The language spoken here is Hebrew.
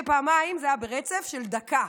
פעמיים, זה היה ברצף של דקה.